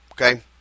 Okay